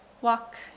walk